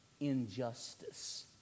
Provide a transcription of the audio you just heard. injustice